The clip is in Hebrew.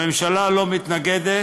הממשלה לא מתנגדת,